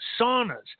saunas